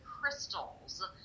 crystals